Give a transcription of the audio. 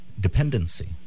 dependency